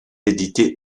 édité